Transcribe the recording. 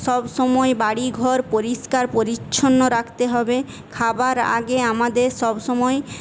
সবসময় বাড়ি ঘর পরিষ্কার পরিচ্ছন্ন রাখতে হবে খাবার আগে আমাদের সবসময়